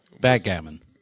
backgammon